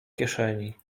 kieszeni